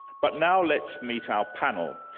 but now let's meet our panel.